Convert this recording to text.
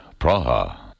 Praha